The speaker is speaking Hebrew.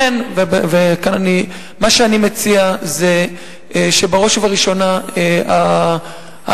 מה שאני מציע זה שבראש ובראשונה היישום